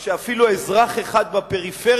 רק שאפילו אזרח אחד בפריפריה,